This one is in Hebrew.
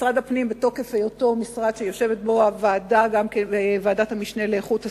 משרד הפנים בתוקף היותו המשרד שיושבת בו ועדת המשנה לאיכות הסביבה,